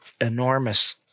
enormous